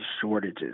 shortages